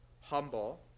humble